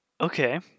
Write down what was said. okay